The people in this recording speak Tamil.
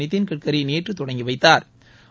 நிதின்கட்சாி நேற்று தொடங்கி வைத்தாா்